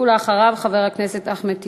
ואחריו, חבר הכנסת אחמד טיבי.